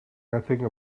nothing